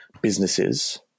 businesses